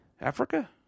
Africa